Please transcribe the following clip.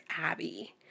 Abby